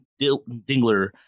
Dingler